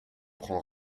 prend